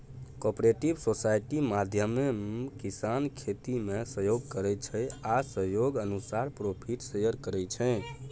cooperative society माध्यमे किसान खेतीमे सहयोग करै छै आ सहयोग अनुसारे प्रोफिट शेयर करै छै